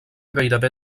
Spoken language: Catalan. gairebé